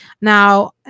Now